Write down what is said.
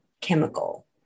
chemical